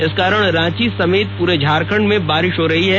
इस कारण रांची सहित पूरे झारखंड में बारिश हो रही है